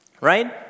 right